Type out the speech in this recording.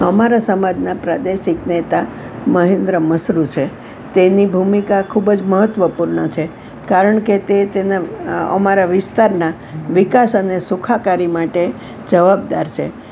અમારા સમાજના પ્રાદેશિક નેતા મહેન્દ્ર મશરૂ છે તેની ભૂમિકા ખૂબ જ મહત્ત્વપૂર્ણ છે કારણ કે તે તેના અમારા વિસ્તારના વિકાસ અને સુખાકારી માટે જવાબદાર છે